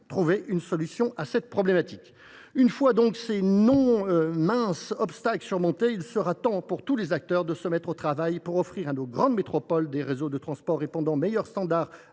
très vite une solution à ce problème. Une fois donc ces non minces obstacles surmontés, il sera temps pour tous les acteurs de se mettre au travail, afin d’offrir à nos grandes métropoles des réseaux de transport répondant aux meilleurs standards